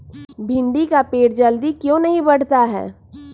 भिंडी का पेड़ जल्दी क्यों नहीं बढ़ता हैं?